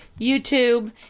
YouTube